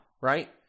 right